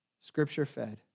scripture-fed